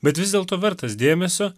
bet vis dėlto vertas dėmesio